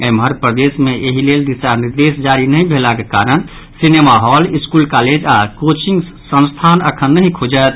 एम्हर प्रदेश मे एहि लेल दिशा निर्देश जारी नहि भेलाक कारण सिनेमा हॉल स्कूल कॉलेज आओर कोचिंग संस्थान अखन नहि खुजत